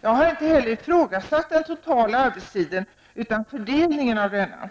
Jag har inte heller ifrågasatt den totala arbetstiden utan fördelningen av denna.